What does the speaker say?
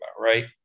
Right